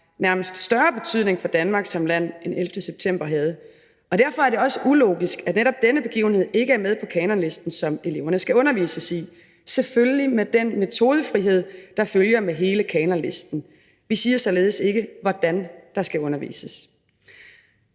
nærmest større betydning for Danmark som land end 11. september havde. Og derfor er det også ulogisk, at netop denne begivenhed ikke er med på kanonlisten, som eleverne skal undervises i, selvfølgelig med den metodefrihed, der følger med hele kanonlisten. Vi siger således ikke, hvordan der skal undervises.